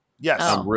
Yes